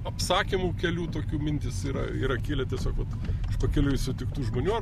apsakymų kelių tokių mintys yra yra kilę tiesiog vat pakeliui sutiktų žmonių ar